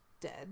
dead